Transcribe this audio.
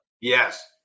Yes